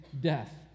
death